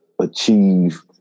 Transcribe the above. achieve